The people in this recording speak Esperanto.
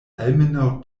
almenaŭ